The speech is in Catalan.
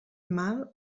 mal